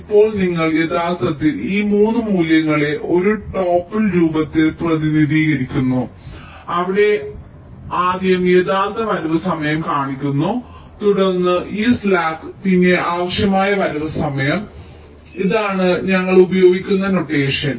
ഇപ്പോൾ ഞങ്ങൾ യഥാർത്ഥത്തിൽ ഈ 3 മൂല്യങ്ങളെ ഒരു ടോപ്പിൾ രൂപത്തിൽ പ്രതിനിധീകരിക്കുന്നു അവിടെ അവൻ ആദ്യം യഥാർത്ഥ വരവ് സമയം കാണിക്കുന്നു തുടർന്ന് ഈ സ്ലാക്ക് പിന്നെ ആവശ്യമായ വരവ് സമയം ഇതാണ് ഞങ്ങൾ ഉപയോഗിക്കുന്ന നൊട്ടേഷൻ